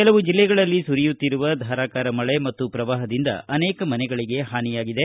ಕೆಲವು ಜಿಲ್ಲೆಗಳಲ್ಲಿ ಸುರಿಯುತ್ತಿರುವ ಧಾರಾಕಾರ ಮಳೆ ಮತ್ತು ಪ್ರವಾಹದಿಂದ ಅನೇಕ ಮನೆಗಳಿಗೆ ಹಾನಿಯಾಗಿದೆ